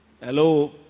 Hello